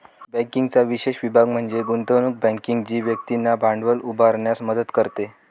बँकिंगचा विशेष विभाग म्हणजे गुंतवणूक बँकिंग जी व्यक्तींना भांडवल उभारण्यास मदत करते